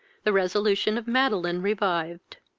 the resolution of madeline revived.